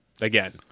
again